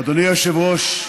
אדוני היושב-ראש,